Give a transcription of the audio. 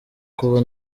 kuba